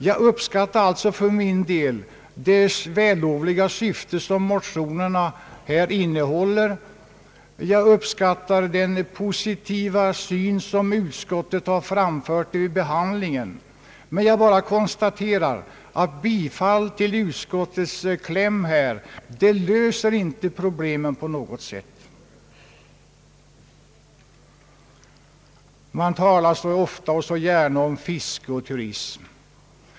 Jag uppskattar alltså motionernas vällovliga syfte, och jag uppskattar den positiva syn som utskottet har framfört, men jag konstaterar att bifall till utskottets kläm inte på något sätt löser problemen. Man talar ofta och gärna om fiske och turism.